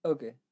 Okay